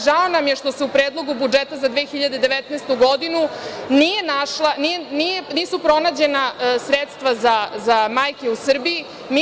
Žao nam je što u Predlogu budžeta za 2019. godinu nisu pronađena sredstva za majke u Srbiji.